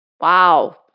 Wow